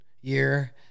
year –